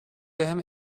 بهم